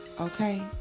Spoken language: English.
Okay